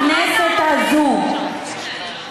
הכנסת הזאת,